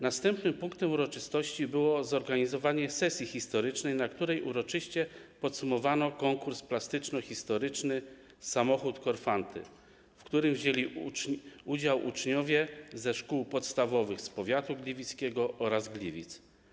Następnym punktem uroczystości było zorganizowanie sesji historycznej, na której uroczyście podsumowano konkurs plastyczno-historyczny „Samochód Korfanty”, w którym wzięli udział uczniowie ze szkół podstawowych z powiatu gliwickiego oraz Gliwic.